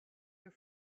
your